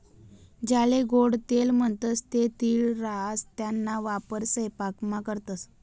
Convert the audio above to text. ज्याले गोडं तेल म्हणतंस ते तीळ राहास त्याना वापर सयपाकामा करतंस